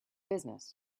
business